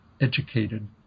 educated